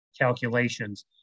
calculations